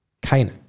keine